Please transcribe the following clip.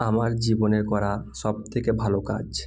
আমার জীবনের করা সব থেকে ভালো কাজ